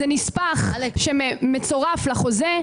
זה נספח שמצורף לחוזה,